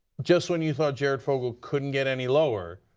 just when you thought jared fogle couldnit get any lower,